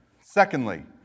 Secondly